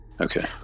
Okay